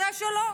כנראה שלא.